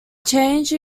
change